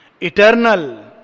Eternal